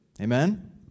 Amen